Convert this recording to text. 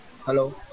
Hello